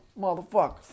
motherfuckers